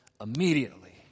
immediately